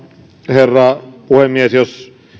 herra puhemies jos